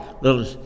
little